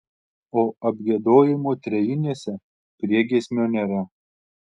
o apgiedojimų trejinėse priegiesmio nėra